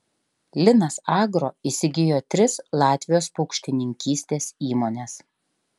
linas agro įsigijo tris latvijos paukštininkystės įmones